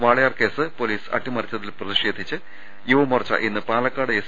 Walayar case police അട്ടിമറിച്ചതിൽ പ്രതിഷേധിച്ച് യുവമോർച്ച ഇന്ന് പാലക്കാട് എസ്